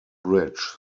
bridge